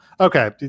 okay